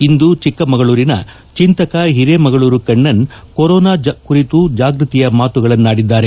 ಇಂದು ಚಿಕ್ಕಮಗಳೂರಿನ ಚಿಂತಕ ಹಿರೇಮಗಳೂರು ಕಣ್ಣನ್ ಕೊರೊನಾ ಕುರಿತು ಜಾಗೃತಿಯ ಮಾತುಗಳನ್ನಾಡಿದ್ದಾರೆ